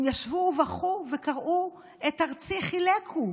הם ישבו, בכו וקראו: את ארצי חילקו.